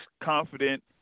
confident